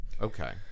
Okay